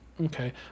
Okay